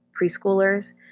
preschoolers